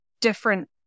different